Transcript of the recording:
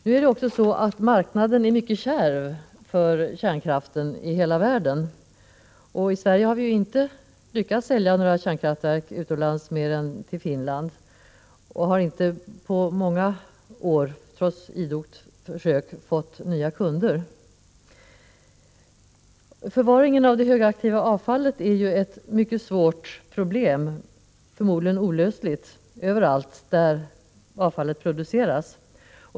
Marknaden är ju också mycket kärv för kärnkraften i hela världen, och från Sveriges sida har vi inte lyckats sälja några kärnkraftverk till utlandet, annat än till Finland, och vi har inte på många år — trots idoga försök — fått nya kunder. Förvaringen av det högaktiva avfallet är ju ett mycket svårt problem — förmodligen olösligt — överallt där avfallet produceras.